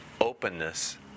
openness